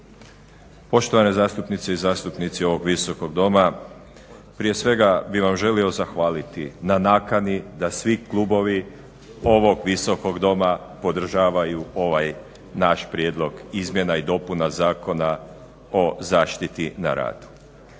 Poštovane zastupnice i zastupnici ovog Visokog doma. Prije svega bih vam želio zahvaliti na nakani da svi klubovi ovog Visokog doma podržavaju ovaj naš prijedlog izmjena i dopuna Zakona o zaštiti na radu.